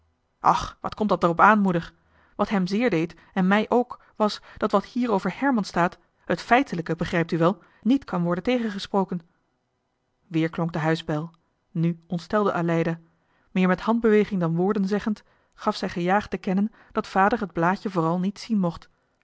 och wat komt dat er op aan moeder wat hem zeer deed en mij ook was dat wat hier over johan de meester de zonde in het deftige dorp herman staat het feitelijke begrijpt u wel niet kan worden tegengesproken weer klonk de huisbel nu ontstelde aleida meer met handbeweging dan woorden zeggend gaf zij gejaagd te kennen dat vader het blaadje vooral niet zien mocht